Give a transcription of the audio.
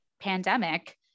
pandemic